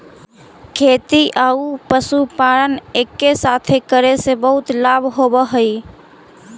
खेती आउ पशुपालन एके साथे करे से बहुत लाभ होब हई